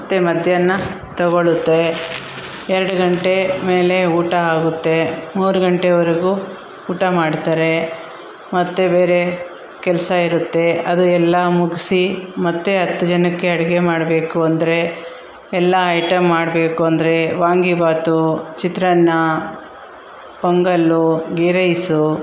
ಮತ್ತೆ ಮಧ್ಯಾಹ್ನ ತಗೊಳುತ್ತೆ ಎರಡು ಗಂಟೆ ಮೇಲೆ ಊಟ ಆಗುತ್ತೆ ಮೂರು ಗಂಟೆವರೆಗು ಊಟ ಮಾಡ್ತಾರೆ ಮತ್ತು ಬೇರೆ ಕೆಲಸ ಇರುತ್ತೆ ಅದು ಎಲ್ಲ ಮುಗಿಸಿ ಮತ್ತೆ ಹತ್ತು ಜನಕ್ಕೆ ಅಡಿಗೆ ಮಾಡಬೇಕು ಅಂದರೆ ಎಲ್ಲ ಐಟಮ್ ಮಾಡಬೇಕು ಅಂದರೆ ವಾಂಗಿಭಾತು ಚಿತ್ರಾನ್ನ ಪೊಂಗಲ್ಲು ಗೀ ರೈಸು